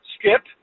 Skip